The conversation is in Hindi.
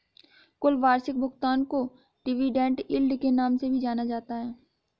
कुल वार्षिक भुगतान को डिविडेन्ड यील्ड के नाम से भी जाना जाता है